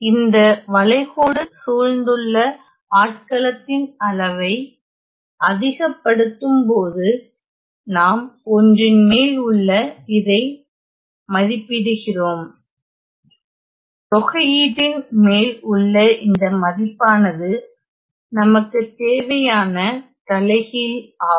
இந்த வளைகோடு சூழ்ந்துள்ள ஆட்களத்தின் அளவை அதிகப்படுத்தும்போது நாம் ஒன்றின் மேல் உள்ள இதை மதிப்பிடுகிறோம்தொகையீட்டின் மேல் உள்ள இந்த மதிப்பானது நமக்கு தேவையான தலைகீழ் ஆகும்